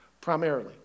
primarily